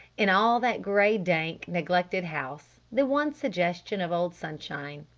in all that gray, dank, neglected house, the one suggestion of old sunshine.